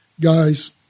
guys